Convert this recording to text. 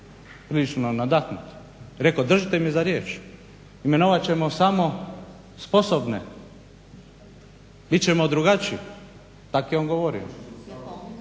prilično nadahnut, rekao držite me za riječ, imenovat ćemo samo sposobne, bit ćemo drugačiji, tako je on govorio.